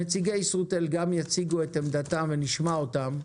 נציגי ישרוטל גם יציגו את עמדתם ונשמע אותם.